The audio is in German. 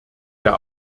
der